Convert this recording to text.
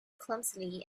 clumsily